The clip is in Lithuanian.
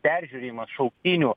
peržiūrėjimas šauktinių